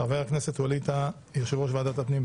חבר הכנסת ווליד טאהא יו"ר ועדת הפנים,